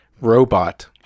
robot